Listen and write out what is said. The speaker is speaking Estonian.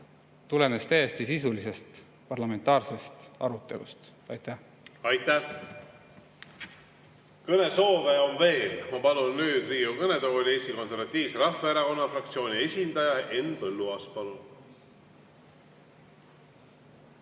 tulenes täiesti sisulisest parlamentaarsest arutelust. Aitäh! Aitäh! Kõnesoove on veel. Ma palun nüüd Riigikogu kõnetooli Eesti Konservatiivse Rahvaerakonna fraktsiooni esindaja Henn Põlluaasa.